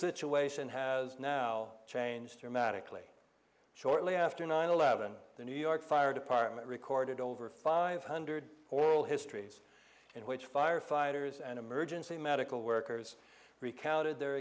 situation has now changed dramatically shortly after nine eleven the new york fire department recorded over five hundred oral histories in which firefighters and emergency medical workers recounted their